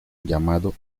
llamado